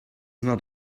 not